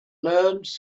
learned